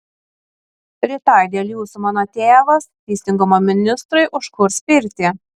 rytoj dėl jūsų mano tėvas teisingumo ministrui užkurs pirtį